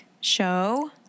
show